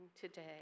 today